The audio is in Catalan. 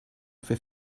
fer